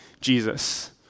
Jesus